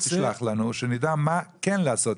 תשלח לנו שנדע מה כן לעשות,